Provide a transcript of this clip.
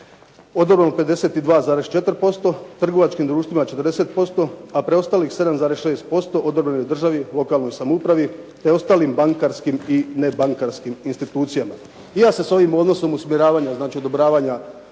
odobreno 52,4%, trgovačkim društvima 40%, a preostalih 7,6% odobreno je državi, lokalnoj samoupravi te ostalim bankarskim i nebankarskim institucijama. I ja se s ovim odnosom usmjeravanja znači odobravanja